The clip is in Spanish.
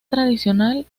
tradicional